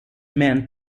meant